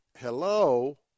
hello